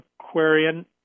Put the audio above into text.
Aquarian